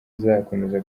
izakomeza